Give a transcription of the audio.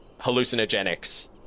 hallucinogenics